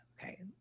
Okay